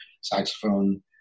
saxophone